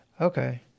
Okay